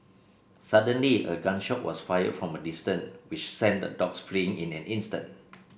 suddenly a gun shot was fired from a distance which sent the dogs fleeing in an instant